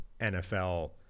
NFL